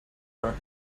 her